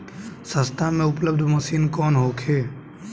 सस्ता में उपलब्ध मशीन कौन होखे?